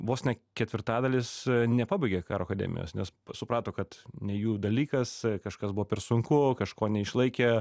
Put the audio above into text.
vos ne ketvirtadalis nepabaigė karo akademijos nes suprato kad ne jų dalykas kažkas buvo sunku kažko neišlaikė